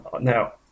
now